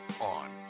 on